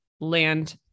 land